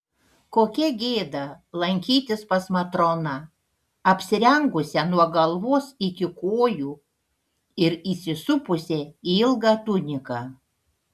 kokia gėda lankytis pas matroną apsirengusią nuo galvos iki kojų ir įsisupusią į ilgą tuniką